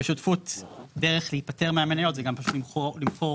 בשותפות דרך להיפטר מהמניות זה גם פשוט למכור